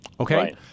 Okay